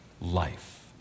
life